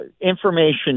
information